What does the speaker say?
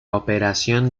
operación